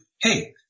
hey